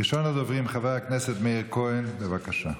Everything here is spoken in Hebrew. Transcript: ראשון הדוברים, חבר הכנסת מאיר כהן, בבקשה.